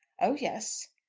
oh yes.